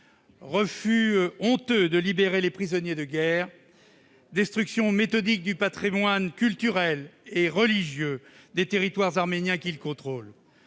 refus honteux de libérer les prisonniers de guerre, destruction méthodique du patrimoine culturel et religieux des territoires arméniens qu'il contrôle.